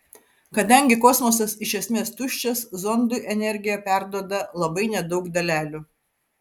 kadangi kosmosas iš esmės tuščias zondui energiją perduoda labai nedaug dalelių